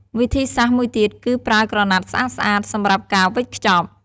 វិធីសាស្រ្តមួយទៀតគឺប្រើក្រណាត់ស្អាតៗសម្រាប់ការវេចខ្ចប់។